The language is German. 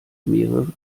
mehrere